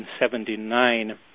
1979